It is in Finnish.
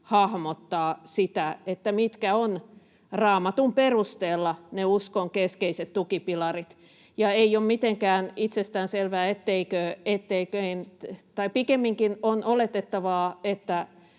hahmottaa sitä, mitkä ovat Raamatun perusteella ne uskon keskeiset tukipilarit. Ja ei ole mitenkään itsestäänselvää, etteikö... Pikemminkin on oletettavaa, että